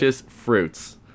fruits